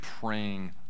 praying